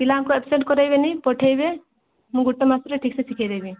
ପିଲାଙ୍କ ଆବସେଣ୍ଟ କରିବେନି ପଠାଇବେ ମୁଁ ଗୋଟେ ମାସରେ ଠିକ୍ ସେ ଶିଖାଇଦେବି